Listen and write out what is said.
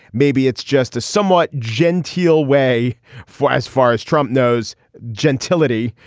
maybe it's just a somewhat genteel way for as far as trump knows gentility.